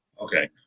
okay